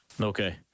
okay